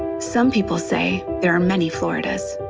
some people say there are many florida us.